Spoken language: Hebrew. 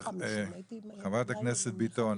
חברת הכנסת ביטון,